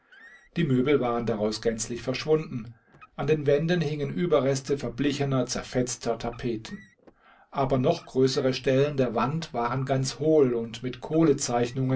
die möbel waren daraus gänzlich verschwunden an den wänden hingen überreste verblichener zerfetzter tapeten aber noch größere stellen der wand waren ganz hohl und mit